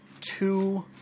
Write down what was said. two